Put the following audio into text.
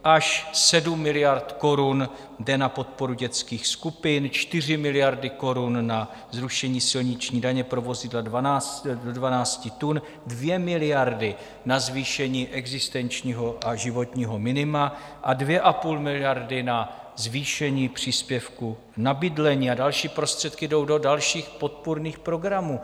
Až 7 miliard korun jde na podporu dětských skupin, 4 miliardy korun na zrušení silniční daně pro vozidla do 12 tun, 2 miliardy na zvýšení existenčního a životního minima a 2,5 miliardy na zvýšení příspěvku na bydlení a další prostředky jdou do dalších podpůrných programů.